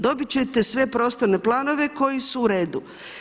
Dobit ćete sve prostorne planove koji su uredu.